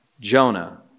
Jonah